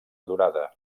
durada